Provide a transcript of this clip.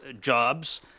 jobs